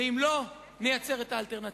ואם לא, נייצר אלטרנטיבה.